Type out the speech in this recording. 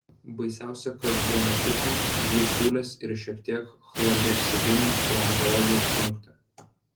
baisiausia kas buvo nutikę dvi siūlės ir šiek tiek chlorheksidino traumatologijos punkte